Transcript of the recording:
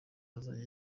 azajya